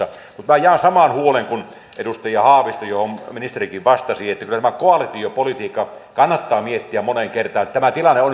mutta minä jaan saman huolen kuin edustaja haavisto johon ministerikin vastasi että kyllä koalitiopolitiikka kannattaa miettiä moneen kertaan että on nyt ymmärrettävä tämä tilanne jossa suomi on